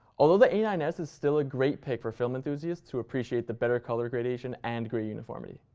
although the a nine s is still a great pick for film enthusiasts who appreciate the better color gradation and gray uniformity.